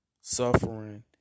suffering